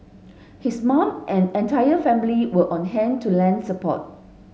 his mum and entire family were on hand to lend support